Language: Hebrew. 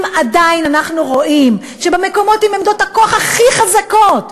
אם עדיין אנחנו רואים שבמקומות שבהם עמדות הכוח הכי חזקות,